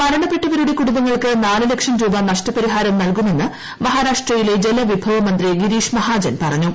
മരണപ്പെട്ടവരുടെ കുടുംബങ്ങൾക്ക് നാല് ലക്ഷം രൂപ നഷ്ടപരിഹാരം നൽകുമെന്ന് മഹാരാഷ്ട്രയിലെ ജലവിഭവമന്ത്രി ഗിരീഷ് മഹാജൻ പറഞ്ഞു